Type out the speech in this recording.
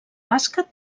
bàsquet